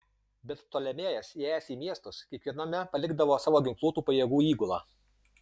bet ptolemėjas įėjęs į miestus kiekviename palikdavo savo ginkluotų pajėgų įgulą